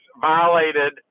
violated